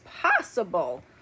possible